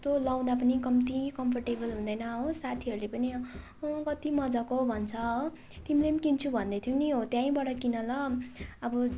कस्तो लगाउँदा पनि कम्ती कम्फोर्टेबल हुँदैन हो साथीहरूले पनि अब अँ कति मजाको भन्छ हो तिमीले नि किन्छु भन्दै थियौ नि हो त्यहीँबाट किन ल अब